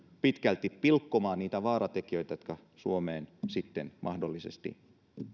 pitkälti pilkkomaan niitä vaaratekijöitä jotka suomeen sitten mahdollisesti